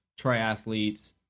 triathletes